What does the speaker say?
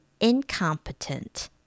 incompetent